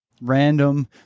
Random